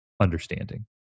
understanding